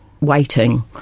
waiting